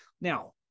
Now